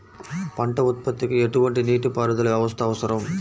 పంట ఉత్పత్తికి ఎటువంటి నీటిపారుదల వ్యవస్థ అవసరం?